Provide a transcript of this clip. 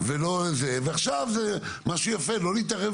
מקצוע שנעשו יועצים